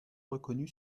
reconnu